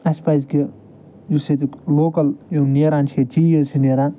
اَسہِ پَزِ کہِ یُس ییٚتیُک لوکَل یِم نیران چھِ ییٚتہِ چیٖز چھِ نیران